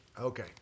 Okay